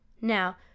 Now